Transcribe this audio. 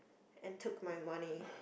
and took my money